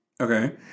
Okay